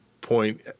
point